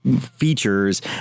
features